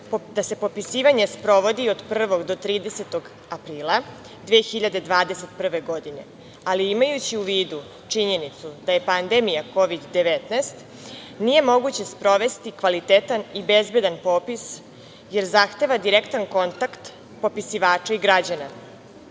da se popisivanje sprovodi od 1. do 30. aprila 2021. godine, ali imajući u vidu činjenicu da je pandemija Kovid 19, nije moguće sprovesti kvalitetan i bezbedan popis, jer zahteva direktan kontakt popisivača i građana. Zato